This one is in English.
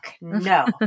No